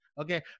Okay